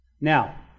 Now